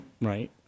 right